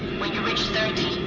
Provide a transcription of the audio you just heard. when you reach thirteen,